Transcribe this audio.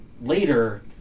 later